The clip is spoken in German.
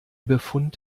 befund